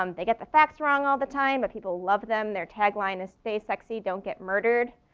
um they get the facts wrong all the time but people love them, their tagline is stay sexy don't get murdered.